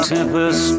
Tempest